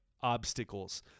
obstacles